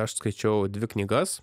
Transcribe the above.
aš skaičiau dvi knygas